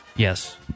Yes